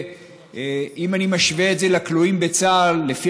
שאם אני משווה את זה לכלואים בצה"ל לפי